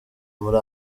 muri